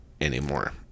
anymore